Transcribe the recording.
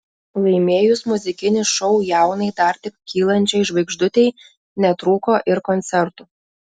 laimėjus muzikinį šou jaunai dar tik kylančiai žvaigždutei netrūko ir koncertų